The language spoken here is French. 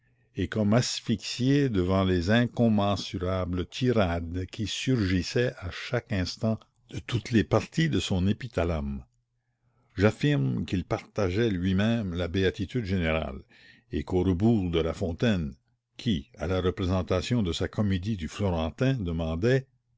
et comme asphyxiée devant les incommensurables tirades qui surgissaient à chaque instant de toutes les parties de son épithalame j'affirme qu'il partageait lui-même la béatitude générale et qu'au rebours de la fontaine qui à la représentation de sa comédie du florentin demandait